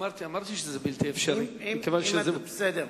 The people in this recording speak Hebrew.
אמרתי שזה בלתי אפשרי, מכיוון שזה, בסדר,